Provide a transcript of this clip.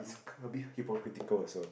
is a bit hypocritical also